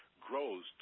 grows